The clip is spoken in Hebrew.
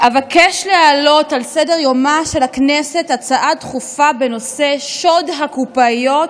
אבקש להעלות על סדר-יומה של הכנסת הצעה דחופה בנושא: שוד הקופאיות,